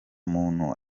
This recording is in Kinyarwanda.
muntu